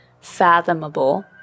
fathomable